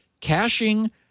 caching